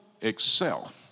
excel